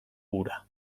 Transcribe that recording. ura